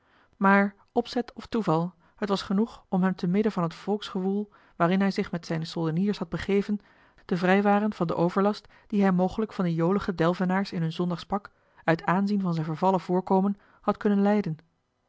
maar opzet of toeval het was genoeg om hem te midden van het volksgewoel waarin hij zich met zijne soldeniers had begeven te vrijwaren van den overlast dien hij mogelijk van de jolige delvenaars in hun zondagspak uit aanzien van zijn vervallen voorkomen had kunnen lijden